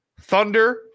thunder